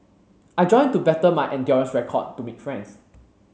I joined to better my endurance record to make friends